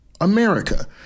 America